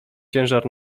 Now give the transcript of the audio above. ciężar